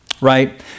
right